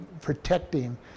protecting